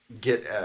get